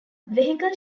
vehicle